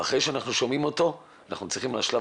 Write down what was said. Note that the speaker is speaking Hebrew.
אחרי שאנחנו שומעים אותו אנחנו בשלב